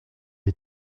des